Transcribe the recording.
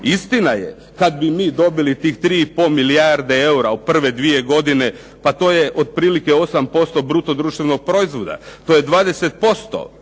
Istina je, kad bi mi dobili tih 3 i pol milijarde eura u prve dvije godine, pa to je otprilike 8% bruto društvenog proizvoda. To je 20%